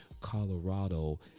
Colorado